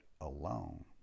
alone